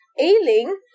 Ailing